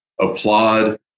applaud